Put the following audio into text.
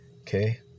Okay